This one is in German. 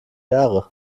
jahre